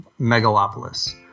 megalopolis